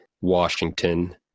Washington